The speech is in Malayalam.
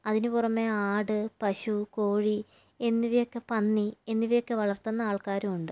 അതിനു പുറമെ ആട് പശു കോഴി എന്നിവയൊക്കെ പന്നി എന്നിവയൊക്കെ വളർത്തുന്ന ആൾക്കാരും ഉണ്ട്